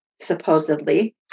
supposedly